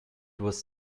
was